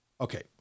Okay